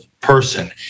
person